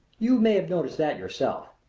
you may have noticed that yourself.